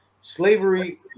slavery